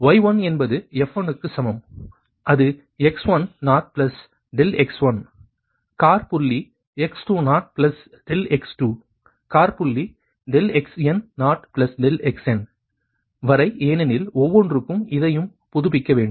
y1 என்பது f1 க்கு சமம் அது x10∆x1 காற்புள்ளி x20∆x2 காற்புள்ளி xn0∆xn வரை ஏனெனில் ஒவ்வொன்றும் இதையும் புதுப்பிக்க வேண்டும்